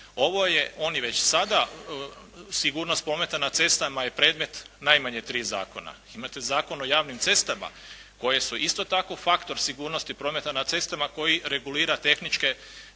ovo je, on je već sada, sigurnost prometa na cestama je predmet najmanje tri zakona. Imate Zakon o javnim cestama koje su isto tako faktor sigurnosti prometa na cestama koji regulira tehničke,